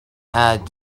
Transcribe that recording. add